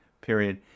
period